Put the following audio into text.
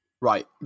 Right